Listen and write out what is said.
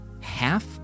half